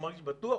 הוא מרגיש בטוח,